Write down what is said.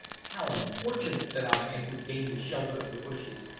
how unfortunate, said i as we gained the shelter of the bushes,